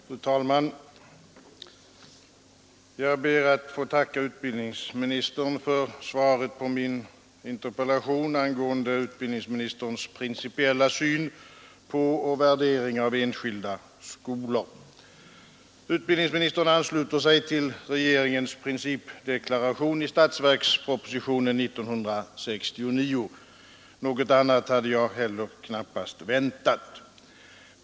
Fru talman! Jag ber att få tacka utbildningsministern för svaret på min interpellation angående utbildningsministerns principiella syn på och värdering av enskilda skolor. Utbildningsministern ansluter sig till regeringens principdeklaration i statsverkspropositionen 1969. Något annat hade jag heller knappast väntat.